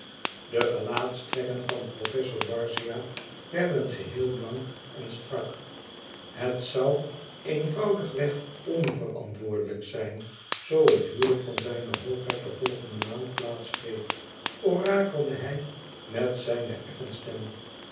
de gelaatstrekken van professor barzia werden geheel blank en strak het zoû eenvoudig-weg onverantwoordelijk zijn zoo het huwelijk van zijne hoogheid de volgende maand plaats greep orakelde hij met zijne effen stem